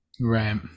right